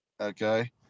Okay